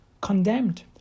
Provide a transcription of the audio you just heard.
condemned